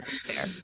fair